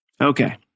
Okay